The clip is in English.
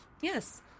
Yes